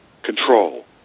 control